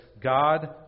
God